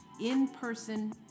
in-person